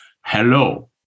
Hello